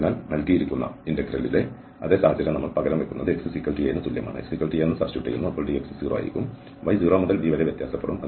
അതിനാൽ നൽകിയിരിക്കുന്ന ഇന്റഗ്രലിലെ അതേ സാഹചര്യം നമ്മൾ പകരം വയ്ക്കുന്നത് xa ന് തുല്യമാണ് dx0 ആയിരിക്കും y 0 മുതൽ b വരെ വ്യത്യാസപ്പെടും